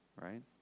right